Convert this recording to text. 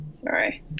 sorry